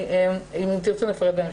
אם תרצו, נפרט בהמשך.